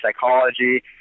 psychology